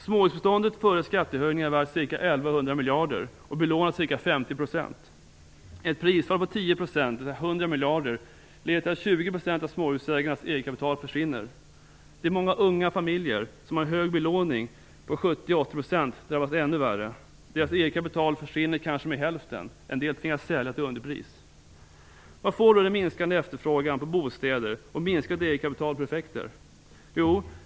Småhusbeståndet är före skattehöjningen värt ca 1 100 miljarder och belånat till ca 50 %. Ett prisfall på 10 %, dvs. 100 miljarder leder till att 20 % av småhusägarnas egetkapital försvinner. De många unga familjer som har en hög belåning på 70-80 % drabbas ännu värre. Deras eget kapital försvinner kanske med hälften, och en del tvingas sälja till underpris. Vad får då den minskade efterfrågan av bostäder och minskat eget kapital för effekter?